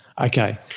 Okay